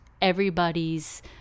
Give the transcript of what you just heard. everybody's